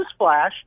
newsflash